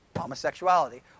Homosexuality